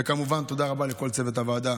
וכמובן תודה רבה לכל צוות הוועדה.